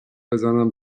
بزنن